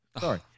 Sorry